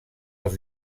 els